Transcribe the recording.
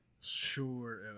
sure